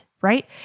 right